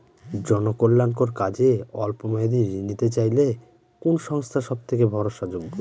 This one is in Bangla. জনকল্যাণকর কাজে অল্প মেয়াদী ঋণ নিতে চাইলে কোন সংস্থা সবথেকে ভরসাযোগ্য?